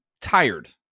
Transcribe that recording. tired